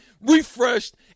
refreshed